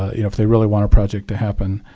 you know if they really want to project to happen,